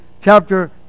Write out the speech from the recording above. chapter